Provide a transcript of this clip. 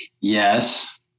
Yes